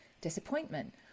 disappointment